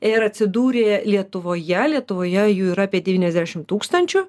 ir atsidūrė lietuvoje lietuvoje jų yra apie devyniasdešim tūkstančių